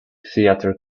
theatre